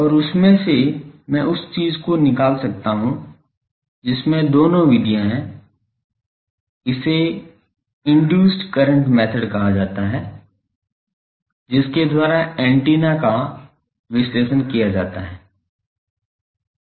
और उसमें से मैं उस चीज को निकाल सकता हूं जिसमें दोनों विधियां हैं इसे इन्दूस्ड करंट मेथड कहा जाता है जिसके द्वारा एंटेना का विश्लेषण किया जाता है